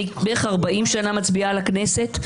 אני בערך 40 שנה מצביעה לכנסת,